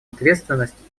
ответственность